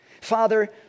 Father